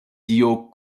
dio